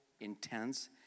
intense